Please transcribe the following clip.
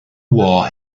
war